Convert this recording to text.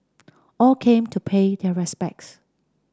all came to pay their respects